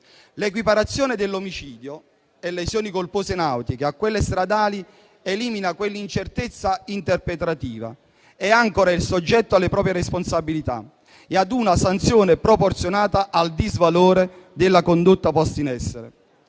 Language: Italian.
L'equiparazione dell'omicidio e delle lesioni colpose nautiche a quelli stradali elimina quell'incertezza interpretativa e àncora il soggetto alle proprie responsabilità e a una sanzione proporzionata al disvalore della condotta posta in essere.